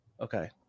okay